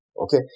Okay